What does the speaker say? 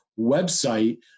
website